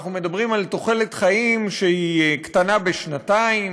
אנחנו מדברים על תוחלת חיים שהיא קטנה בשנתיים,